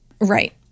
Right